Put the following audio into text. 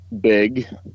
Big